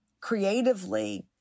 creatively